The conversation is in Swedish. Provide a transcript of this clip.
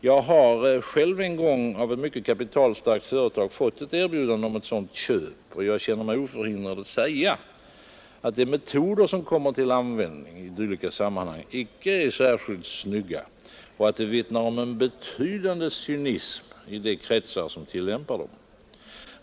Jag har själv en gång av ett mycket kapitalstarkt företag fått ett erbjudande om ett sådant köp, och jag känner mig oförhindrad att säga att de metoder som kommer till användning i dylika sammanhang inte är särskilt snygga och att de vittnar om en betydande cynism i de kretsar som tillämpar dem.